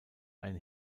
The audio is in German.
ein